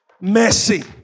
messy